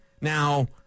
Now